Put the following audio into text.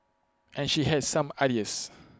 and she has some ideas